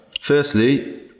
firstly